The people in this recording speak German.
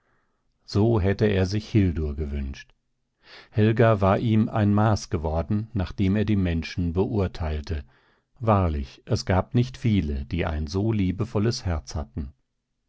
so hätte er sich hildur gewünscht helga war ihm ein maß geworden nach dem er die menschen beurteilte wahrlich es gab nicht viele die ein so liebevolles herz hatten